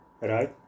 right